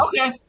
Okay